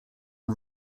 are